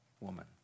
woman